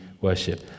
worship